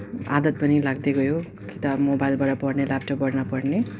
आदत पनि लाग्दै गयो किताब मोबाइलबटा पढ्ने ल्यापटपबाट पढ्ने